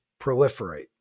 proliferate